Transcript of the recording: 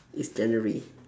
it's january